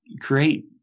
create